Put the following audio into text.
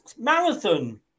Marathon